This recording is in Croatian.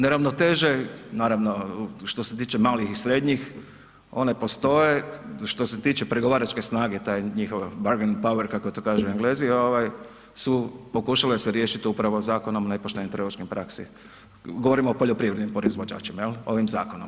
Neravnoteže naravno što se tiče malih i srednjih, one postoje, što se tiče pregovaračke snage taj njihov bagen power, kako to kažu Englezi ovaj su pokušale se riješiti upravo Zakonom o nepoštenoj trgovačkoj praksi, govorim o poljoprivrednim proizvođačima, jel ovim zakonom.